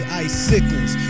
icicles